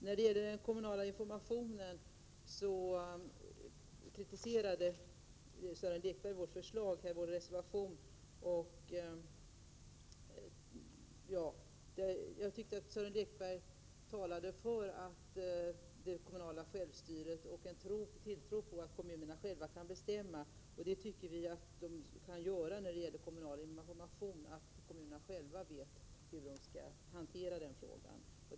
När det gäller den kommunala informationen kritiserade Sören Lekberg vår reservation. Jag uppfattar det så att Sören Lekberg talade för det kommunala självstyret och gav uttryck för en tilltro till att kommunerna själva kan bestämma. Vi anser att kommunerna själva vet hur de skall hantera frågan om kommunal information.